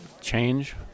change